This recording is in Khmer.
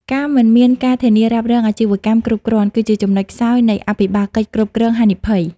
ការមិនមានការធានារ៉ាប់រងអាជីវកម្មគ្រប់គ្រាន់ គឺជាចំណុចខ្សោយនៃអភិបាលកិច្ចគ្រប់គ្រងហានិភ័យ។